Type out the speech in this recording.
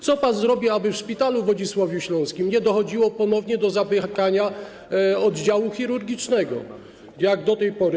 Co pan zrobi, aby w szpitalu w Wodzisławiu Śląskim nie dochodziło ponownie do zamykania oddziału chirurgicznego, jak było do tej pory?